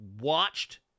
watched